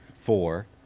four